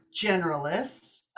generalists